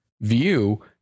View